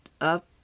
up